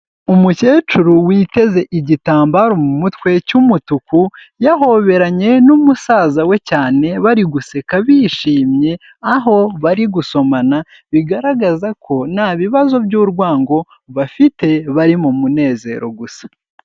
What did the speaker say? Umukecuru witeze igitambaro mu mutwe cy'umutuku, yahoberanye n'umusaza we cyane, bari guseka bishimye aho bari gusomana, bigaragaza ko nta bibazo by'urwango bafite, bari mu munezero gusa.